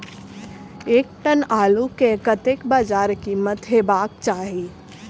एक टन आलु केँ कतेक बजार कीमत हेबाक चाहि?